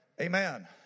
Amen